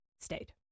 stayed